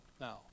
now